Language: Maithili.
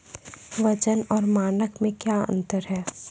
वजन और मानक मे क्या अंतर हैं?